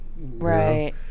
right